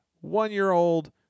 one-year-old